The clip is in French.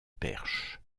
perche